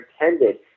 intended